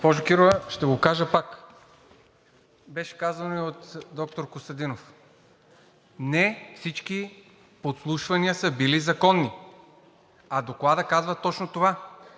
Госпожо Кирова, ще го кажа пак – беше казано и от доктор Костадинов. Не всички подслушвания са били законни, а Докладът казва точно това,